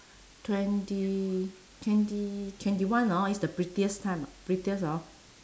twenty twenty twenty one hor is the prettiest time prettiest hor